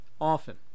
Often